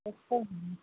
बस्ता है